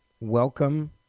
Welcome